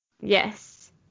Yes